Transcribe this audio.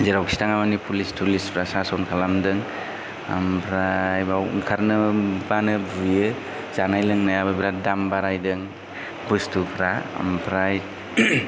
जेरावखि थाङा मानि पुलिस थुलिसफ्रा सास'न खालामदों आमफ्राय बाव ओंखारनो बानो बुयो जानाय लोंनायाबो बिराद दाम बारायदों बुस्थुफ्रा आमफ्राय